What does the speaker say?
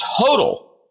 total